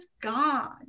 God